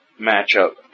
matchup